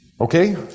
Okay